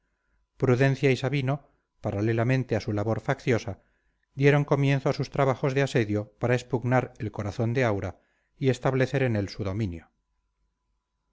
prudencia y sabino paralelamente a la labor facciosa dieron comienzo a sus trabajos de asedio para expugnar el corazón de aura y establecer en él su dominio